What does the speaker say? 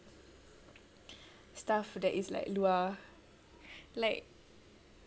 stuff that is like luar like